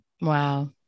Wow